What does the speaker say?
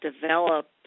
develop